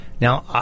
Now